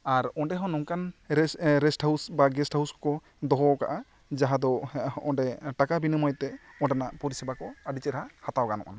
ᱟᱨ ᱚᱸᱰᱮ ᱦᱚᱸ ᱱᱟᱝᱠᱟᱱ ᱨᱮᱥ ᱨᱮᱥᱴ ᱦᱟᱣᱩᱥ ᱵᱟᱝ ᱜᱮᱥᱴ ᱦᱟᱣᱩᱥ ᱠᱚ ᱫᱚᱦᱚ ᱟᱠᱟᱫᱼᱟ ᱢᱟᱦᱟᱸ ᱫᱚ ᱦᱚᱜᱼᱚᱭ ᱚᱸᱰᱮ ᱴᱟᱠᱟ ᱵᱤᱱᱤᱢᱟᱭ ᱛᱮ ᱚᱸᱰᱮᱱᱟᱜ ᱯᱚᱨᱤᱥᱮᱵᱟ ᱠᱚ ᱟᱹᱰᱤ ᱪᱮᱦᱨᱟ ᱦᱟᱛᱟᱣ ᱜᱟᱱᱚᱜᱼᱟ